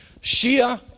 Shia